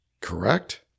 correct